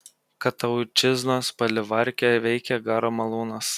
kataučiznos palivarke veikė garo malūnas